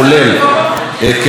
כנוסח הוועדה,